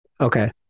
Okay